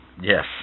Yes